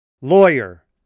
lawyer